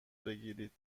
بگیرید